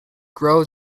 grow